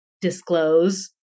disclose